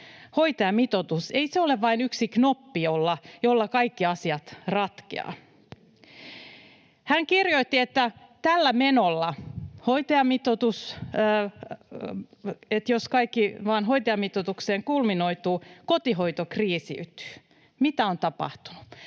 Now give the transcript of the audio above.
Hoitajamitoitus ei ole vain yksi knoppi, jolla kaikki asiat ratkeavat. [Aki Lindén: Ei tietenkään!] Hän kirjoitti, että ”tällä menolla, jos kaikki vain hoitajamitoitukseen kulminoituu, kotihoito kriisiytyy”. Mitä on tapahtunut?